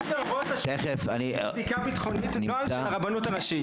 יש בדיקה ביטחונית --- נוהל של הרבנות הראשית,